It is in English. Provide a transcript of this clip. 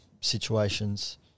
situations